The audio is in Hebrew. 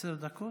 עשר דקות?